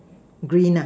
green ah